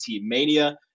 mania